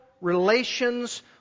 Relations